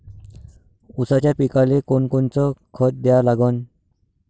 ऊसाच्या पिकाले कोनकोनचं खत द्या लागन?